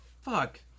Fuck